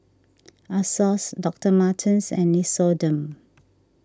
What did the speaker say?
Asos Doctor Martens and Nixoderm